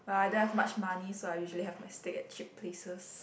but I don't have much money so I usually have my steak at cheap places